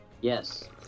Yes